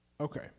Okay